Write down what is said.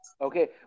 Okay